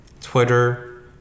Twitter